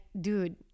dude